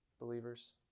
believers